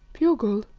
pure gold.